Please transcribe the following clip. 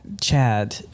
Chad